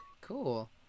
Cool